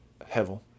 Hevel